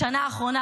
בשנה האחרונה,